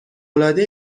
العاده